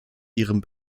ihrem